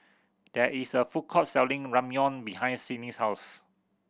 there is a food court selling Ramyeon behind Sydnee's house